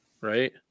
right